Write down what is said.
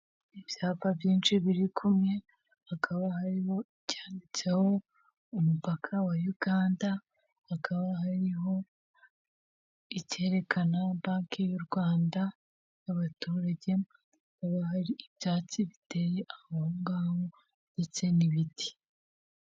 Ibyapa byinshi biri kumwe hakaba harimo ibyanditseho umupaka wa uganda hakaba hariho icyerekana Banki y'u Rwanda y'abaturage, hakaba hari ibyatsi biteye ahongaho ndetse n'ibiti.